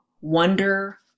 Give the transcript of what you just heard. wonder